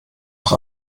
auch